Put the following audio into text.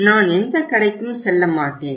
நான் எந்த கடைக்கும் செல்லமாட்டேன்